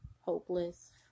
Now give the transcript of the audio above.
hopeless